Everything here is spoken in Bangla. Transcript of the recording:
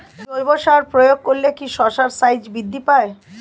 জৈব সার প্রয়োগ করলে কি শশার সাইজ বৃদ্ধি পায়?